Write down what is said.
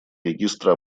регистра